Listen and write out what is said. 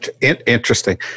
Interesting